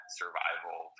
survival